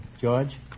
George